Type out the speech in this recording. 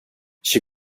she